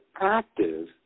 active